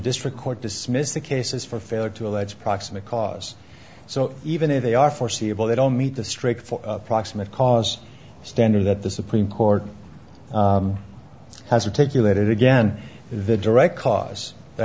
district court dismissed the cases for failure to allege proximate cause so even if they are foreseeable they don't meet the strict for proximate cause standard that the supreme court has to take you later again the direct cause